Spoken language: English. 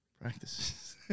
practices